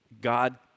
God